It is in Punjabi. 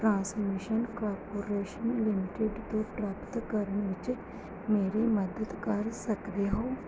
ਟਰਾਂਸਮਿਸ਼ਨ ਕਾਰਪੋਰੇਸ਼ਨ ਲਿਮਟਿਡ ਤੋਂ ਪ੍ਰਾਪਤ ਕਰਨ ਵਿੱਚ ਮੇਰੀ ਮਦਦ ਕਰ ਸਕਦੇ ਹੋ